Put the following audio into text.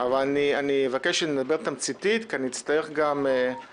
אבל לאור לוח הזמנים אבקש שנדבר תמציתית כי נצטרך בסופו